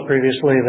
previously